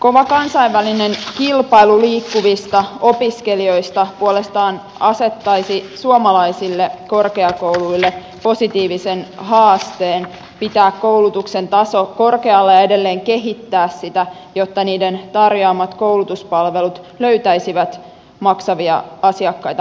kova kansainvälinen kilpailu liikkuvista opiskelijoista puolestaan asettaisi suomalaisille korkeakouluille positiivisen haasteen pitää koulutuksen taso korkealla ja edelleen kehittää sitä jotta niiden tarjoamat koulutuspalvelut löytäisivät maksavia asiakkaita maailmalta